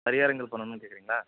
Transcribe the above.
பரிகாரங்கள் பண்ணணும்னு கேட்குறீங்களா